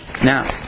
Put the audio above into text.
Now